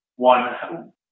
One